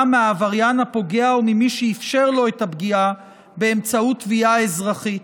מהעבריין הפוגע וממי שאפשר לו את הפגיעה באמצעות תביעה אזרחית.